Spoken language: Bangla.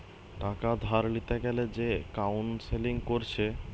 টাকা ধার লিতে গ্যালে যে কাউন্সেলিং কোরছে